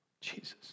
Jesus